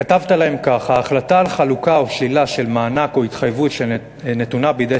כתבת להם כך: "ההחלטה על חלוקה או שאלה של מענק או התחייבות שנתונה בידי